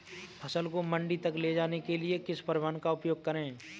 फसल को मंडी तक ले जाने के लिए किस परिवहन का उपयोग करें?